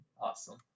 awesome